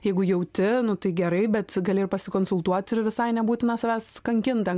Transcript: jeigu jauti nu tai gerai bet gali ir pasikonsultuot ir visai nebūtina savęs kankint ten